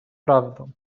prawdą